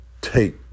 take